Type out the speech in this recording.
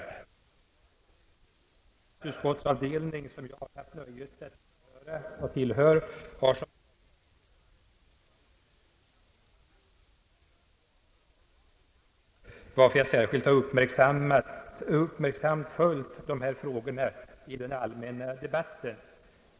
Den statsutskottsavdelning som jag har nöjet att tillhöra har som bekant två debattfrågor på sin föredragningslista: försvaret och u-hjälpen, varför jag särskilt uppmärksamt följt dessa två frågor i den allmänna debatten.